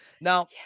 Now